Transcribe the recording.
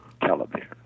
Television